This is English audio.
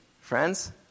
friends